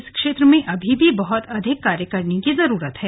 इस क्षेत्र में अभी भी बहुत अधिक कार्य करने की जरूरत है